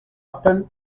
ouzhpenn